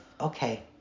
okay